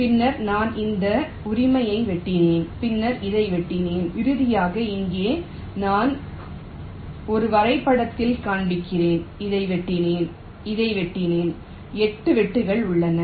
பின்னர் நான் இந்த உரிமையை வெட்டினேன் பின்னர் இதை வெட்டினேன் இறுதியாக இங்கே நான் 1 வரைபடத்தில் காண்பிக்கிறேன் இதை வெட்டினேன் இதை வெட்டினேன் 8 வெட்டுக்கள் உள்ளன